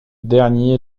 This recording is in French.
dernier